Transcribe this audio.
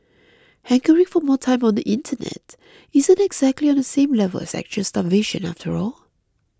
hankering for more time on the Internet isn't exactly on the same level as actual starvation after all